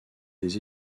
des